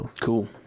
Cool